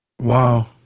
Wow